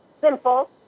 simple